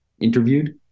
interviewed